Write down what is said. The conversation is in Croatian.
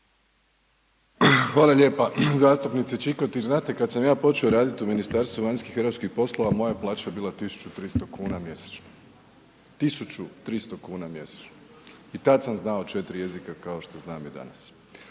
Hvala lijepa. Zastupnice Čikotić, znate kada sam ja počeo raditi u Ministarstvu vanjskih i europskih poslova, moja plaća je bila 1300 kuna mjesečno, 1300 kuna mjesečno. I tad sam znao 4 jezika kao što znam i danas.